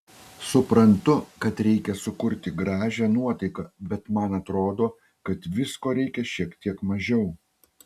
suprantu kad reikia sukurti gražią nuotaiką bet man atrodo kad visko reikia šiek tiek mažiau